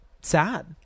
Sad